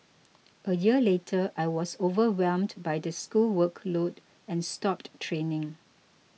a year later I was overwhelmed by the school workload and stopped training